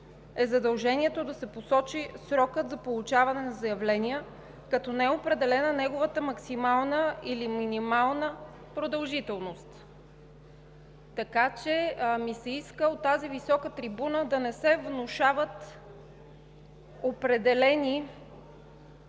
– задължението да се посочи срокът за получаване на заявления, като не е определена неговата максимална или минимална продължителност. Така че ми се иска от тази висока трибуна да не се внушават определени